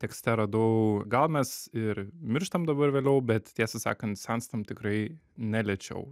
tekste radau gal mes ir mirštam dabar vėliau bet tiesą sakant senstam tikrai ne lėčiau